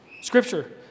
Scripture